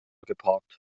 geparkt